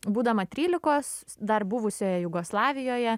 būdama trylikos dar buvusioje jugoslavijoje